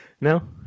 No